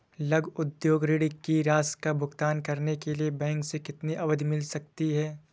लघु उद्योग ऋण की राशि का भुगतान करने के लिए बैंक से कितनी अवधि मिल सकती है?